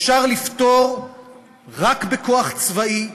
אפשר לפתור רק בכוח צבאי,